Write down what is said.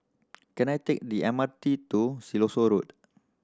can I take the M R T to Siloso Road